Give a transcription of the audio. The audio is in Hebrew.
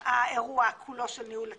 האירוע כולו של ניהול התיק?